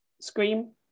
Scream